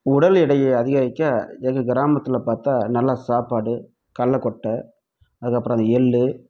உடல் எடையை அதிகரிக்க எங்கள் கிராமத்தில் பார்த்தா நல்லா சாப்பாடு கடல கொட்டை அதுக்கப்புறம் அந்த எள்ளு